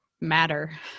matter